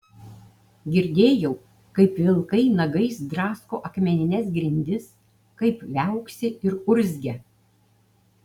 girdėjau kaip vilkai nagais drasko akmenines grindis kaip viauksi ir urzgia